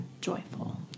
joyful